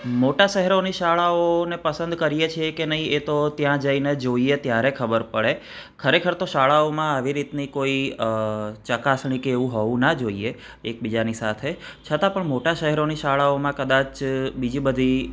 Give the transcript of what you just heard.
મોટા શહેરોની શાળાઓને પસંદ કરીએ છીએ કે નહીં એ ત્યાં જઈને જોઈએ ત્યારે ખબર પડે ખરેખર તો શાળાઓમાં આવી રીતની કોઈ ચકાસણી કે એવું હોવું ના જોઈએ એક બીજાની સાથે છતાં પણ મોટાં શહેરોની શાળાઓમાં કદાચ બીજી બધી